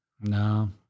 No